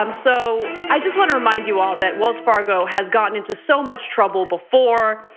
um so i just wanna remind you all that wells fargo has gotten into so much trouble before.